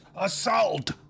Assault